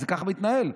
כך זה מתנהל.